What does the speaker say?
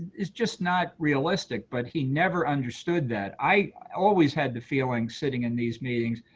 it's just not realistic. but he never understood that. i always had the feeling, sitting in these meetings,